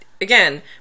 again